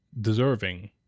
deserving